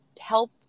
help